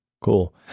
Cool